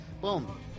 Boom